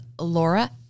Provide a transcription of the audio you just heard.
Laura